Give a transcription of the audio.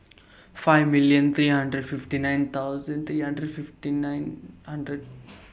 five million three hundred fifty nine thousand three hundred fifty nine hundred